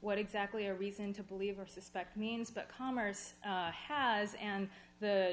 what exactly a reason to believe or suspect means but commerce has and the